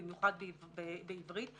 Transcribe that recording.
במיוחד בעברית,